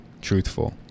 truthful